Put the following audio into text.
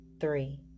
three